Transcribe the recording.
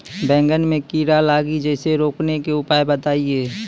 बैंगन मे कीड़ा लागि जैसे रोकने के उपाय बताइए?